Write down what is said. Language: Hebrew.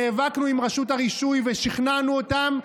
נאבקנו עם רשות הרישוי ושכנענו אותם,